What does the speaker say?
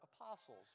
apostles